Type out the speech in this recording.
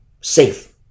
safe